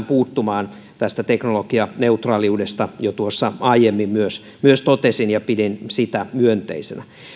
puuttumaan tästä teknologianeutraaliudesta tuossa jo aiemmin myös myös totesin ja pidin sitä myönteisenä